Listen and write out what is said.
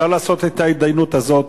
אפשר לעשות את ההתדיינות הזאת